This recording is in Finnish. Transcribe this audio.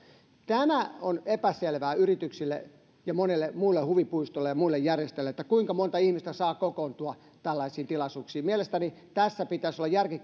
tämä on epäselvää yrityksille ja monille muille huvipuistoille ja muille järjestäjille kuinka monta ihmistä saa kokoontua tällaisiin tilaisuuksiin mielestäni tässä pitäisi olla järki